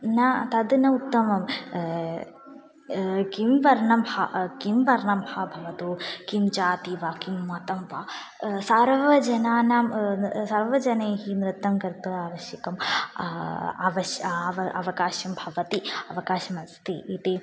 न तत् न उत्तमं किं वर्णं हि किं वर्णं भवतु किं जाति वा किं मतं वा सर्वजनानां सर्वजनैः नृत्तं कृत्वा आवश्यकम् अवश्यं अव अवकाशं भवति अवकाशमस्ति इति